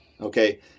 Okay